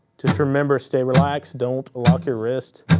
just remember, stay relaxed, don't lock your wrist,